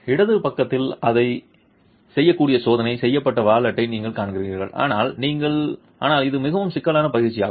இடது பக்கத்தில் அதைச் செய்யக்கூடிய சோதனை செய்யப்பட்ட வாலெட்டை நீங்கள் காண்கிறீர்கள் ஆனால் இது மிகவும் சிக்கலான பயிற்சியாகும்